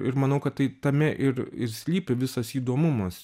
ir manau kad tai tame ir ir slypi visas įdomumas